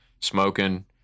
smoking